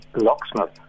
locksmith